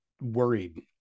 worried